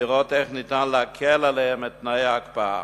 לראות איך אפשר להקל עליהם את תנאי ההקפאה,